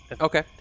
okay